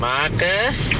Marcus